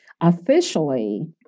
officially